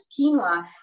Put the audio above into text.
quinoa